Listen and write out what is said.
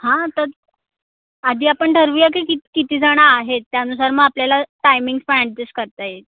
हां तत् आधी आपण ठरवूया की कित् कितीजणं आहेत त्यानुसार मग आपल्याला टायमिंग्स पण ॲडजेस्ट करता येईल